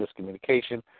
miscommunication